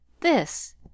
this